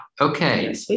Okay